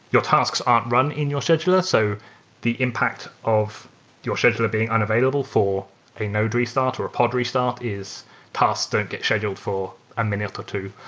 tasks aren't run in your scheduler. so the impact of your scheduler being unavailable for a node restart or a pod restart is past, don't scheduled for a minute or two.